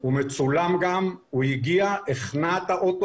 הוא גם מצולם, הוא החנה את הרכב,